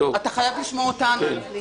ס': אתה חייב לשמוע אותנו.